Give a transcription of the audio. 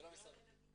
זה לא משרד החינוך.